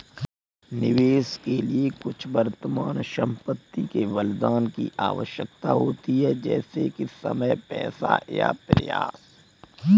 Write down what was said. निवेश के लिए कुछ वर्तमान संपत्ति के बलिदान की आवश्यकता होती है जैसे कि समय पैसा या प्रयास